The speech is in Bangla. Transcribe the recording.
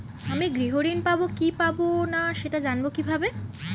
আমি গৃহ ঋণ পাবো কি পাবো না সেটা জানবো কিভাবে?